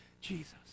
Jesus